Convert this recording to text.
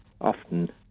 often